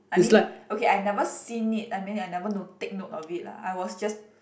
I mean okay I never seen it I mean I never no~ take note of it lah I was just